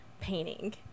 painting